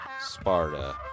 Sparta